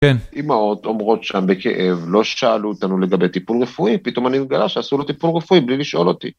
אימהות אומרות שם בכאב לא שאלו אותנו לגבי טיפול רפואי, פתאום אני מגלה שעשו לי טיפול רפואי בלי לשאול אותי.